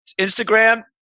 Instagram